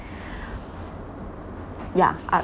yeah up